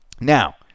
Now